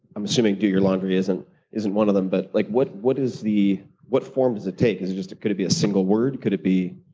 i'm assuming do your laundry isn't isn't one of them. but like what what is the what form does it take? is it just could it be a single word? could it be